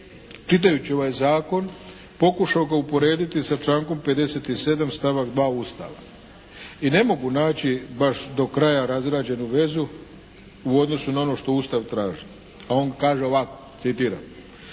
čitajući ovaj zakon pokušao ga usporediti sa člankom 57. stavak 2. Ustava i ne mogu naći baš do kraja razrađenu vezu u odnosu na ono što Ustav traži. A on kaže ovako, citiram: